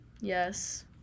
Yes